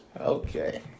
Okay